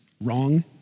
wrong